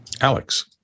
Alex